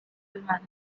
manager